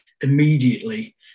immediately